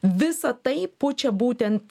visa tai pučia būtent